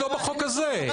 לא בחוק הזה.